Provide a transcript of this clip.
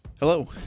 Hello